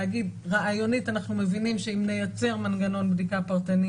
להגיד שרעיונית אנחנו מבינים שאם נייצר מנגנון בדיקה פרטני